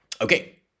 Okay